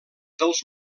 dels